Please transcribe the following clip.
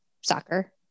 soccer